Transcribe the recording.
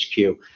HQ